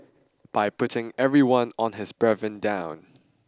by putting every one of his brethren down